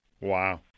Wow